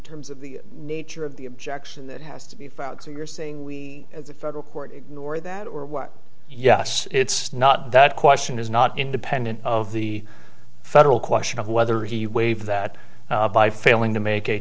terms of the nature of the objection that has to be found so you're saying we as a federal court ignore that or what yes it's not that question is not independent of the federal question of whether he waived that by failing to make a